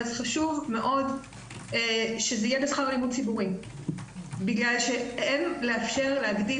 חשוב מאוד שזה יהיה בשכר לימוד ציבורי כי אין לאפשר להגדיל